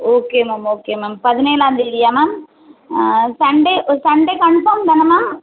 okay ma'am okay ma'am பதினேழாந் தேதியா ma'am Sunday Sunday confirm தானே மேம்